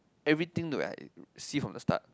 everything to have see from the start